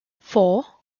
four